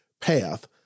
path